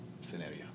scenario